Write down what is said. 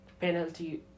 penalty